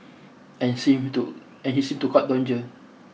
and he seemed to and he seemed to court danger